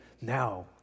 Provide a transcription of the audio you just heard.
now